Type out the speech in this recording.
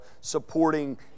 supporting